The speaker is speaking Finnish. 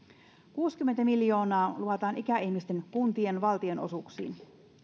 kuusikymmentä miljoonaa luvataan ikäihmisten kuntien valtionosuuksiin